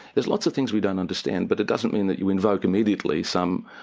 there's lots of things we don't understand but it doesn't mean that you invoke immediately some,